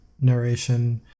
narration